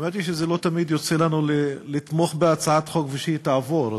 האמת היא שלא תמיד יוצא לנו לתמוך בהצעת חוק ושהיא תעבור,